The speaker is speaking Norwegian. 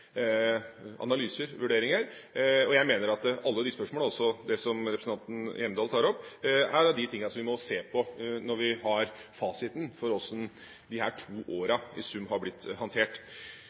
Jeg mener at alle disse spørsmålene, også det som representanten Hjemdal tar opp, er av de tingene vi må se på, når vi har fasiten for hvordan disse to åra i sum har blitt håndtert.